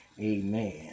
Amen